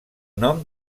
nom